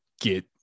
get